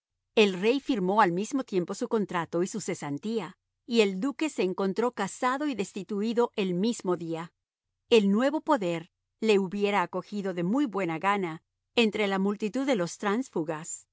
el rey firmó al mismo tiempo su contrato y su cesantía y el duque se encontró casado y destituido el mismo día el nuevo poder le hubiera acogido de muy buena gana entre la multitud de los tránsfugas